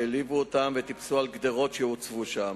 העליבו אותם וטיפסו על גדרות שהוצבו שם.